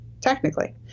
technically